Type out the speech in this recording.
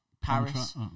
Paris